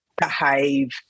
behave